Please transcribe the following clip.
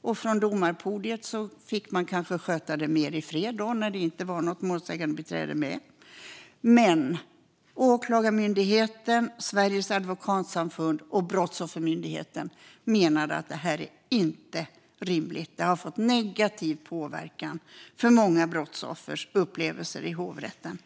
och på domarpodiet fick man kanske sköta det mer i fred när det inte var något målsägandebiträde med. Men Åklagarmyndigheten, Sveriges advokatsamfund och Brottsoffermyndigheten menar att det här inte är rimligt. Det har gett negativ påverkan på många brottsoffers upplevelser i hovrätten.